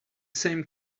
same